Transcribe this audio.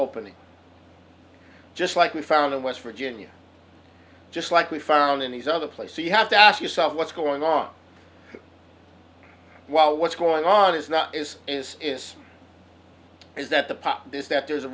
opening just like we found in west virginia just like we found in these other places you have to ask yourself what's going on while what's going on is not is is is is that the pop is that there's a